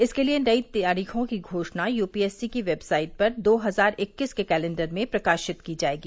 इसके लिए नई तारीखों की घोषणा यूपीएस सी की वेबसाइट पर दो हजार इक्कीस के कैलेंडर में प्रकाशित की जाएगी